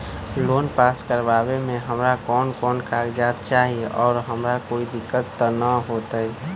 Loan pass करवावे में हमरा कौन कौन कागजात चाही और हमरा कोई दिक्कत त ना होतई?